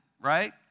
right